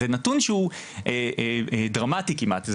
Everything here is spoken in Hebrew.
זה נתון שהוא דרמטי כמעט.